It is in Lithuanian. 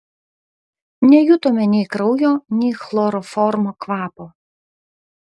nejutome nei kraujo nei chloroformo kvapo